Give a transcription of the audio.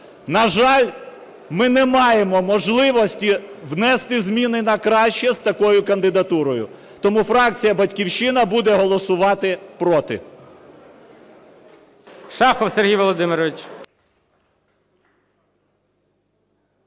На жаль, ми не маємо можливості внести зміни на краще з такою кандидатурою. Тому фракція "Батьківщина" буде голосувати проти.